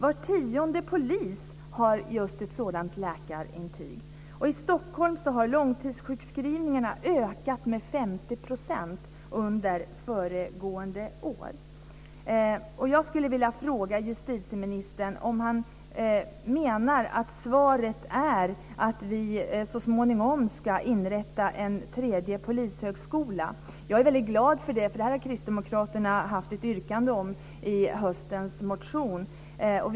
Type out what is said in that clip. Var tionde polis har ett sådant läkarintyg. I Stockholm har långtidssjukskrivningarna ökat med 50 % under föregående år. Jag vill fråga justitieministern om han menar att svaret är att vi så småningom ska inrätta en tredje polishögskola. Jag är i och för sig väldigt glad för det, för det har Kristdemokraterna haft ett yrkande om i en av höstens motioner.